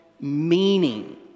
meaning